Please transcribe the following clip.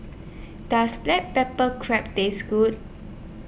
Does Black Pepper Crab Taste Good